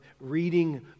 reading